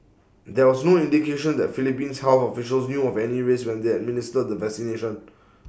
there was no indication that Philippines health officials knew of any risks when they administered the vaccination